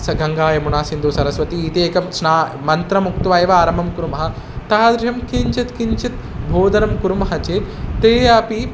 स गङ्गा यमुना सिन्धुः सरस्वती इति एकं स्नानमन्त्रमुक्त्वा एव आरम्भं कुर्मः तादृशं किञ्चित् किञ्चित् बोधनं कुर्मः चेत् ते अपि